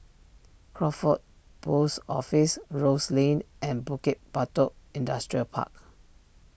Crawford Post Office Rose Lane and Bukit Batok Industrial Park